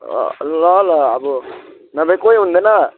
ल ल अब नभए कोही हुँदैन